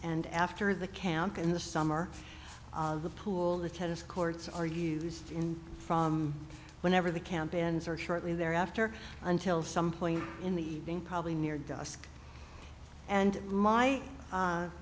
and after the camp in the summer the pool the tennis courts are used in from whenever the campaign ends or shortly thereafter until some point in the evening probably near dusk and my